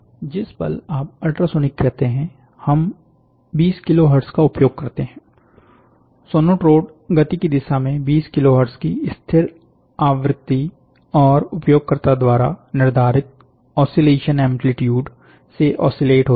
जिस पल आप अल्ट्रासोनिक कहते हैं हम 20 किलो हर्ट्ज का उपयोग करते हैं सोनोट्रोड गति की दिशा में 20 किलो हर्ट्ज की स्थिर आवृत्ति और उपयोगकर्ता द्वारा निर्धारित ओसिलेशन एम्प्लीट्यूड से ओसिलेट होती है